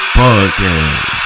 podcast